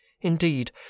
indeed